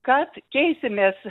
kad keisimės